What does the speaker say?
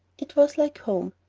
it was like home.